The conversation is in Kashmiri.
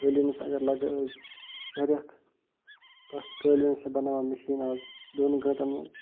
قٲلیٖنس اگر لَگان ٲسۍ شےٚ ریٚتھ تتھ قٲلیٖنَس چھِ بناوان میٚشیٖن اَز دۅن گٲنٛٹَن منٛز